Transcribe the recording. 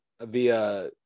via